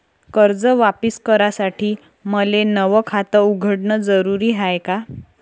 कर्ज वापिस करासाठी मले नव खात उघडन जरुरी हाय का?